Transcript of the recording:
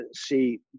see